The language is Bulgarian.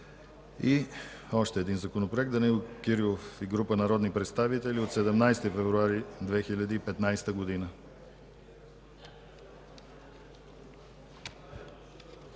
и още един Законопроект от Данаил Кирилов и група народни представители от 17 февруари 2015 г.